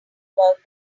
about